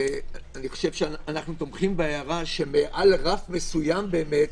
ואני חושב שאנחנו תומכים בהערה שמעל רף מסוים באמת,